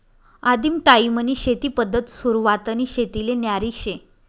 आदिम टायीमनी शेती पद्धत सुरवातनी शेतीले न्यारी शे